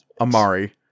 Amari